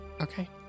Okay